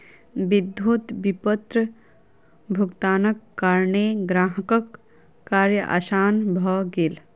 विद्युत विपत्र भुगतानक कारणेँ ग्राहकक कार्य आसान भ गेल